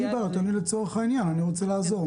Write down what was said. אין לי בעיה, אני רוצה לעזור.